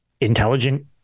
intelligent